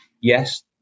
Yes